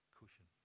cushion